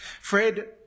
Fred